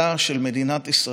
אפילו על חשבון הגירעון,